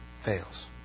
fails